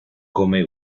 come